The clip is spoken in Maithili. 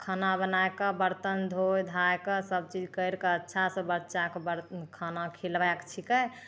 खाना बनाकऽ बर्तन धोइ धाकऽ सबचीज करिकऽ अच्छासँ बच्चाके बर खाना खिलबायके छिकै